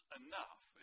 enough